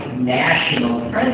national